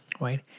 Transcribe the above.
right